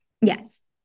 Yes